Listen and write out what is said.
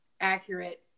accurate